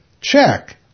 Check